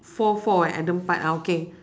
four four eh empat ah okay